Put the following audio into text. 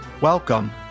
Welcome